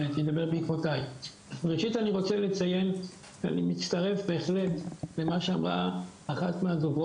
אני אומרת לכם, בבניין שליד הבית